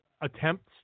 attempts